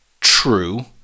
True